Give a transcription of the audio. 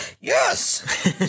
Yes